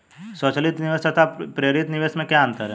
स्वचालित निवेश तथा प्रेरित निवेश में क्या अंतर है?